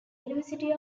university